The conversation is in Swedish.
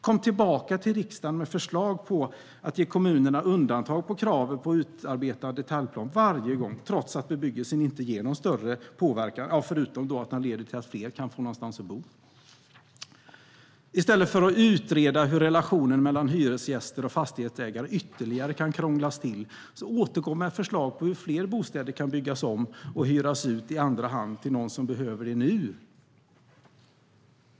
Kom tillbaka till riksdagen med förslag om att ge kommunerna undantag från kravet på att utarbeta detaljplan varje gång trots att bebyggelsen inte ger någon större påverkan, förutom att den leder till att fler kan få någonstans att bo. I stället för att utreda hur relationen mellan hyresgäster och fastighetsägare ytterligare kan krånglas till, återkom med förslag på hur fler bostäder kan byggas om och hyras ut i andra hand till någon som behöver det - nu !